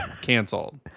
Canceled